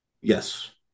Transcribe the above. Yes